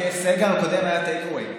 גם בסגר הקודם, בסגר הקודם היה take away.